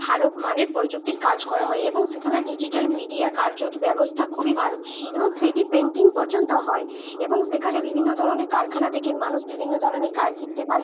ভালো মানের প্রযুক্তির কাজ করা হয় এবং সেখানে ডিজিটাল মিডিয়া কার্যত ব্যবস্থা খুবই ভালো এবং থ্রি ডি পেন্টিং পর্যন্ত হয় এবং সেখানে বিভিন্ন ধরনের কারখানা থেকে মানুষ বিভিন্ন ধরনের কাজ শিখতে পারে